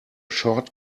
short